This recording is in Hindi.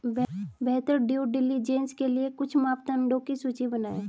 बेहतर ड्यू डिलिजेंस के लिए कुछ मापदंडों की सूची बनाएं?